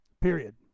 period